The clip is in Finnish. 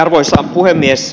arvoisa puhemies